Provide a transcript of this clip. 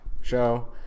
show